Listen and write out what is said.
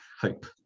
hope